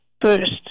first